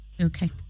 Okay